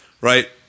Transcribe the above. right